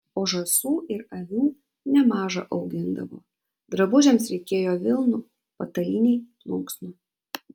o žąsų ir avių nemaža augindavo drabužiams reikėjo vilnų patalynei plunksnų